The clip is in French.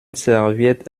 serviette